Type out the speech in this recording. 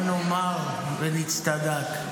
מה נאמר ונצטדק,